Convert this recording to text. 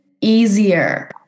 easier